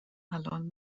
الان